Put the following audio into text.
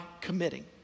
committing